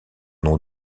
non